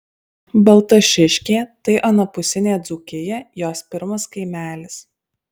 baltašiškė tai anapusinė dzūkija jos pirmas kaimelis